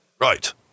Right